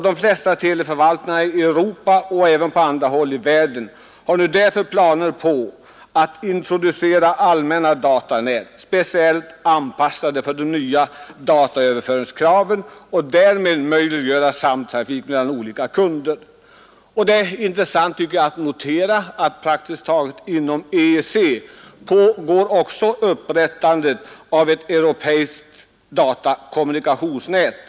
De flesta teleförvaltningar i Europa och även på andra håll i världen har planer på att introducera allmänna datanät, speciellt anpassade för de nya dataöverföringskraven, och därmed möjliggöra samtrafik mellan olika kunder. Det är intressant, tycker jag, att notera att inom EEC pågår också upprättandet av ett europeiskt datakommunikationsnät.